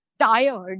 Tired